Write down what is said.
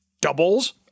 doubles